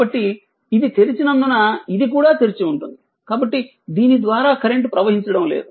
కాబట్టి ఇది తెరిచినందున ఇది కూడా తెరిచి ఉంటుంది కాబట్టి దీని ద్వారా కరెంట్ ప్రవహించడం లేదు